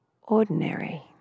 ordinary